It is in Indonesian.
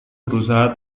berusaha